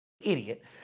idiot